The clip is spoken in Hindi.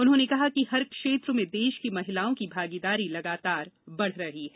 उन्होंने कहा कि हर क्षेत्र में देश की महिलाओं की भागीदारी लगातार बढ़ रही है